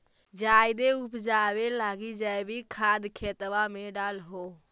जायदे उपजाबे लगी जैवीक खाद खेतबा मे डाल हो?